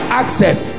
access